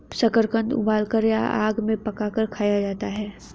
शकरकंद उबालकर या आग में पकाकर खाया जाता है